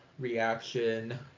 reaction